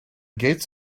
gates